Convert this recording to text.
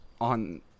on